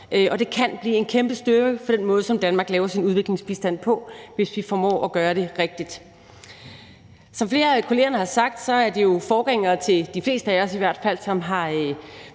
Det kan blive en kæmpe styrke for den måde, som Danmark laver sin udviklingsbistand på, hvis vi formår at gøre det rigtigt. Som flere af kollegerne har sagt, er det, i hvert fald for de fleste af os, jo